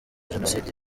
jenoside